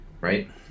right